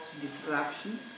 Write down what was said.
disruption